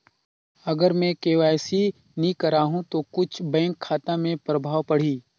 अगर मे के.वाई.सी नी कराहू तो कुछ बैंक खाता मे प्रभाव पढ़ी?